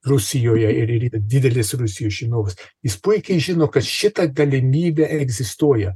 rusijoje ir yra didelis rusijos žinovas jis puikiai žino kad šita galimybė egzistuoja